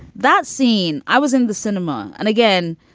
that scene i was in the cinema and again,